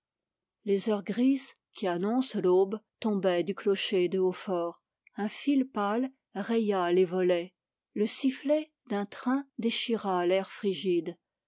les heures grises qui annoncent l'aube tombaient du clocher de hautfort un fil pâle raya les volets le sifflet d'un train déchira l'air frigide